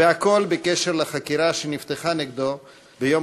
והכול בעניין חקירה שנפתחה נגדו ביום